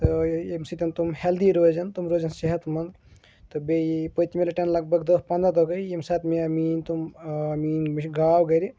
تہٕ ییٚمہِ سۭتۍ تِم ہیٚلدی روزن تِم روزن صحت منٛد تہٕ بیٚیہِ پٔتۍ مےٚ لَٹٮ۪ن لگ بگ دہ پنٛداہ دۄہ گٔے ییٚمہِ ساتہٕ مےٚ میٛٲنۍ تِم میٛٲنۍ مےٚ چھِ گاو گَرِ